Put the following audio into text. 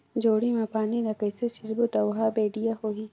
जोणी मा पानी ला कइसे सिंचबो ता ओहार बेडिया होही?